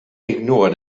ignore